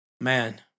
man